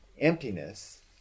emptiness